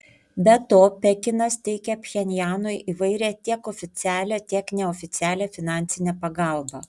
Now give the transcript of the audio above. be to pekinas teikia pchenjanui įvairią tiek oficialią tiek neoficialią finansinę pagalbą